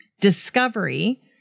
discovery